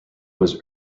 was